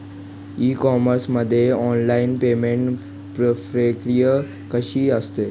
E commerce मध्ये online payment प्रक्रिया कशी असते?